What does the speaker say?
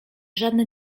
żadne